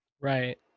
Right